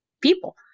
people